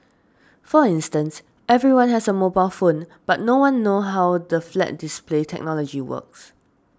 for instance everyone has a mobile phone but no one know how the flat display technology works